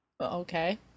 Okay